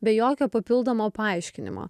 be jokio papildomo paaiškinimo